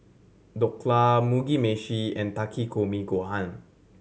Dhokla Mugi Meshi and Takikomi Gohan